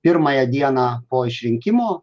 pirmąją dieną po išrinkimo